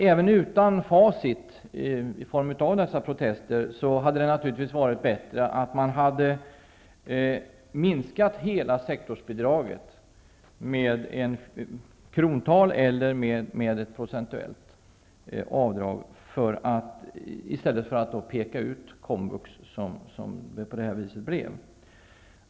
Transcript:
Även utan facit i form av dessa protester hade det naturligtvis varit bättre att minska hela sektorsbidraget med ett krontal eller med ett procentuellt avdrag i stället för att, som nu blev fallet, peka ut komvux.